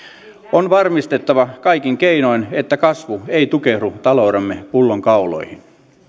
on varmistettava kaikin keinoin että kasvu ei tukehdu taloutemme pullonkauloihin